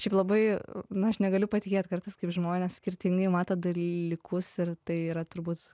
šiaip labai na aš negaliu patikėt kartais kaip žmonės skirtingai mato dalykus ir tai yra turbūt